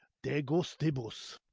de gustibus.